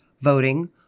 voting